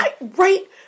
Right